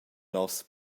nos